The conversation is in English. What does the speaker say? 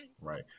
Right